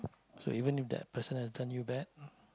so even if that person has done you bad